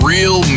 Real